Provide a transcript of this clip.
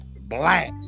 Black